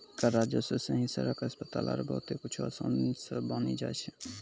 कर राजस्व सं ही सड़क, अस्पताल आरो बहुते कुछु आसानी सं बानी जाय छै